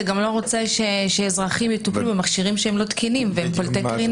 אתה גם לא רוצה שאזרחים יטופלו במכשירים שהם לא תקינים והם פולטי קרינה.